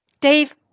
Dave